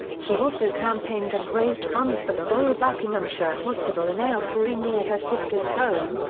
she also campaigned and raised funds for the royal buckinghamshire hospital in aylesbury near her sister's home,